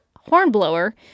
hornblower